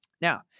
Now